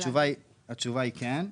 התשובה היא כן.